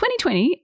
2020